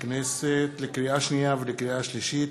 הכנסת, לקריאה שנייה ולקריאה שלישית: